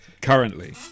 currently